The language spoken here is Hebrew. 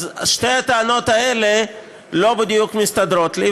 אז שתי הטענות האלה לא בדיוק מסתדרות לי,